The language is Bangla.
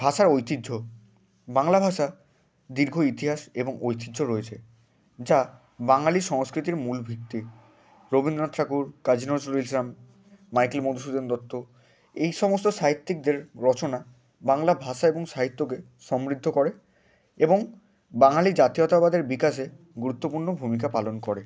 ভাষার ঐতিহ্য বাংলা ভাষার দীর্ঘ ইতিহাস এবং ঐতিহ্য রয়েছে যা বাঙালি সংস্কৃতির মূলভিত্তি রবীন্দ্রনাথ ঠাকুর কাজি নজরুল ইসলাম মাইকেল মধুসূদন দত্ত এই সমস্ত সাহিত্যিকদের রচনা বাংলা ভাষা এবং সাহিত্যকে সমৃদ্ধ করে এবং বাঙালি জাতীয়তাবাদের বিকাশে গুরুত্বপূর্ণ ভূমিকা পালন করে